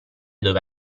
dove